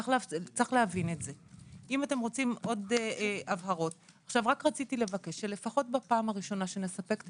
אני מבקשת שלפחות בפעם הראשונה שנספק את